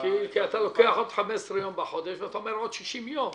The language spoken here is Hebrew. כי אתה לוקח עוד 15 יום ועוד 60 יום.